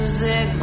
Music